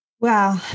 Wow